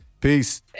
Peace